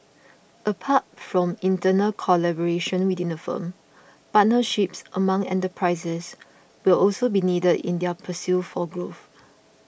apart from internal collaboration within the firm partnerships among enterprises will also be needed in their pursuit for growth